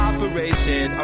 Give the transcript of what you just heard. Operation